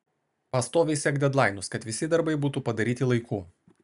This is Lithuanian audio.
pastoviai sek dedlainus kad visi darbai būtų padaryti laiku